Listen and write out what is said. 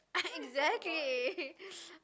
ah exactly